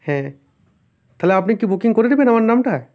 হ্যাঁ তাহলে আপনি কি বুকিং করে দেবেন আমার নামটায়